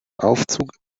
aufzug